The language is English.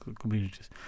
communities